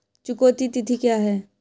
चुकौती तिथि क्या है?